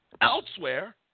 elsewhere